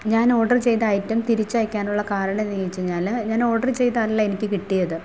ഞാൻ ഓർഡർ ചെയ്ത ഐറ്റം തിരിച്ച് അയക്കാനുള്ള കാരണം എന്താച്ച് കഴിഞ്ഞാൽ ഞാൻ ഓർഡർ ചെയ്തതല്ല എനിക്ക് കിട്ടിയത്